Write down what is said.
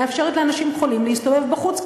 מאפשרת לאנשים חולים להסתובב בחוץ,